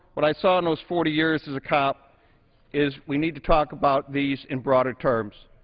what i saw in those forty years as a cop is we need to talk about these in broader terms.